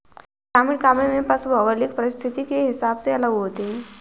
ग्रामीण काव्य में पशु भौगोलिक परिस्थिति के हिसाब से अलग होते हैं